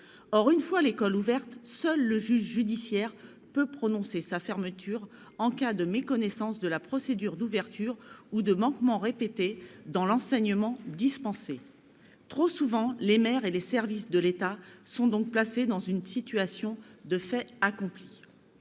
Or une fois l'école ouverte, seul le juge judiciaire peut prononcer sa fermeture en cas de méconnaissance de la procédure d'ouverture ou de manquement répété dans l'enseignement dispensé. Trop souvent, les maires et les services de l'État sont donc placés dans une situation de fait accompli.